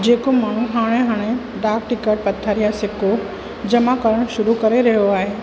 जेको माण्हू हाणे हाणे डाक टिकट पत्थर या सिक्को जमा करण शुरू करे रहियो आहे